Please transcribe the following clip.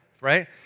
right